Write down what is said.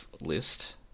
list